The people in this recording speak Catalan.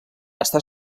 està